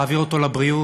תעביר אותו לבריאות,